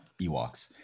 Ewoks